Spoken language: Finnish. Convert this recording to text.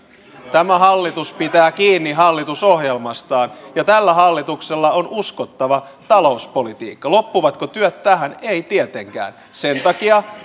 tämä hallitus pitää kiinni hallitusohjelmastaan ja tällä hallituksella on uskottava talouspolitiikka loppuvatko työt tähän eivät tietenkään sen takia